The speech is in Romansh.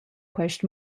quest